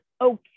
okay